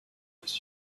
guess